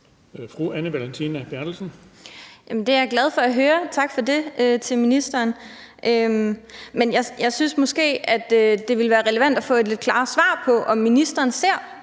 det er jeg glad for at høre – tak for det, vil jeg sige til ministeren. Men jeg synes måske, at det ville være relevant at få et lidt klarere svar på, om ministeren ser